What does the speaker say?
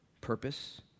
purpose